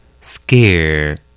scare